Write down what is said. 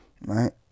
right